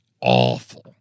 awful